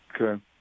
Okay